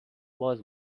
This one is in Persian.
باز